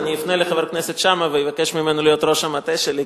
אפנה לחבר הכנסת שאמה ואבקש ממנו להיות ראש המטה שלי,